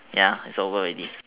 ya it's over already